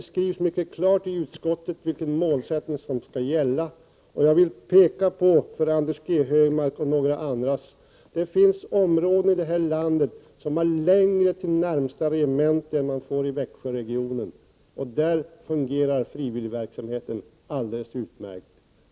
Det skrivs mycket tydligt av utskottet vilken målsättning som skall gälla. Jag vill för Anders G Högmark och några andra peka på att det finns områden i det här landet som har längre till närmsta regemente än det avstånd man får i Växjöregionen. På sådana orter fungerar frivilligverksamheten alldeles utmärkt.